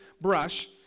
brush